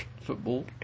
football